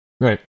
Right